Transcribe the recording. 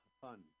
fun